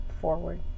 forward